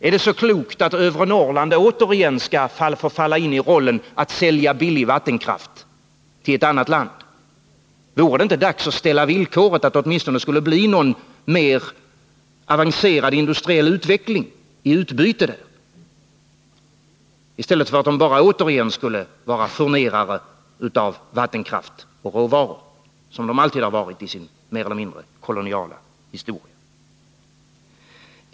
Är det så klokt att övre Norrland återigen skall förfalla i en roll att sälja billig vattenkraft till ett annat land? Vore det inte dags att ställa villkoret att det åtminstone skulle bli någon mer avancerad industriell utveckling i utbyte i stället för att denna del av landet bara återigen skulle vara furnerare av vattenkraft och råvaror som den alltid varit i sin mer eller mindre koloniala historia.